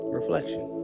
Reflection